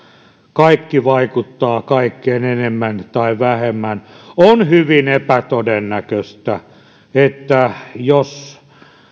kaikki vaikuttaa kaikkeen enemmän tai vähemmän on hyvin epätodennäköistä että jos